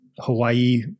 Hawaii